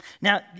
Now